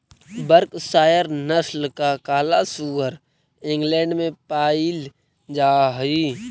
Berkshire नस्ल का काला सुअर इंग्लैण्ड में पायिल जा हई